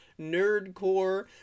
nerdcore